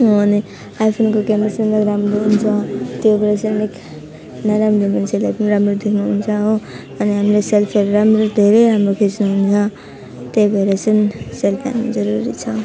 त्यहाँ अनि आइफोनको क्यामरासँग राम्रो हुन्छ त्योबाट चाहिँ नराम्रो मान्छेलाई पनि राम्रो देखाउँछ हो अनि हामीलाई सेल्फीहरू राम्रो धेरै राम्रो खिच्नु हुन्छ त्यही भएर चाहिँ सेल्फी हान्न जरुरी छ